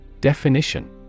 Definition